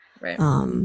Right